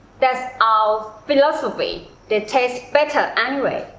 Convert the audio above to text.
that's our philosophy, they taste better anyway.